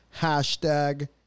Hashtag